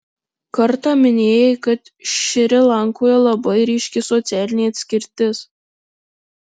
kartą minėjai kad šri lankoje labai ryški socialinė atskirtis